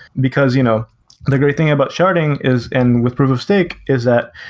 because you know the great thing about sharding is and with proof of stake, is that,